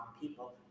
people